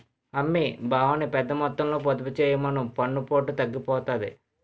అమ్మీ బావని పెద్దమొత్తంలో పొదుపు చెయ్యమను పన్నుపోటు తగ్గుతాది